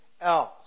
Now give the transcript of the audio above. else